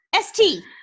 ST